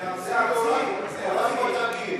זה פסיק.